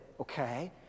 okay